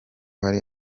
hari